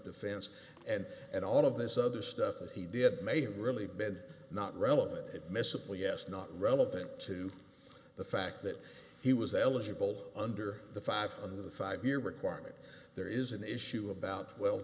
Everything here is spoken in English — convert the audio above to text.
defense and and all of this other stuff that he did may have really been not relevant admissible yes not relevant to the fact that he was eligible under the five and the five year requirement there is an issue about well